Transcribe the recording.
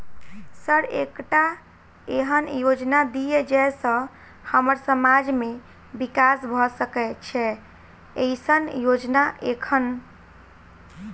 Sir एकटा एहन योजना दिय जै सऽ हम्मर समाज मे विकास भऽ सकै छैय एईसन योजना एखन?